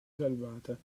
salvata